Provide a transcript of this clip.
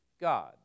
God